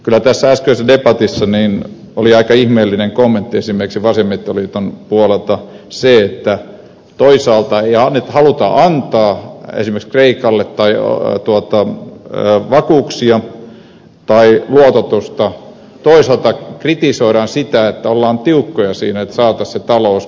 kyllä äskeisessä debatissa oli aika ihmeellinen kommentti esimerkiksi vasemmistoliiton puolelta se että toisaalta ei haluta antaa esimerkiksi kreikalle vakuuksia tai luototusta toisaalta kritisoidaan sitä että ollaan tiukkoja siinä että saataisiin se talous kuntoon